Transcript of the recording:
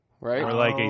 right